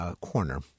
corner